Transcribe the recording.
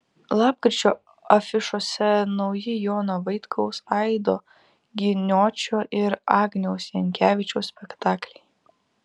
lapkričio afišose nauji jono vaitkaus aido giniočio ir agniaus jankevičiaus spektakliai